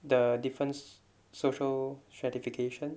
the different social stratification